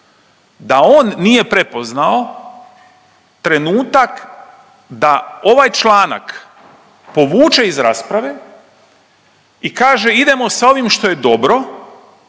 da on nije prepoznao trenutak da ovaj članak povuče iz rasprave i kaže idemo sa ovim što je dobro